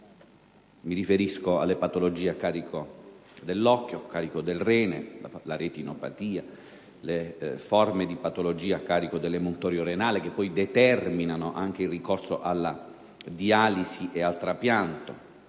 Mi riferisco alle patologie a carico dell'occhio (quali la retinopatia) o del rene, a forme di patologia a carico dell'emuntorio renale che determinano anche il ricorso alla dialisi e al trapianto.